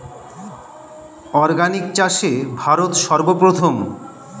organic চাষে ভারত সর্বপ্রথম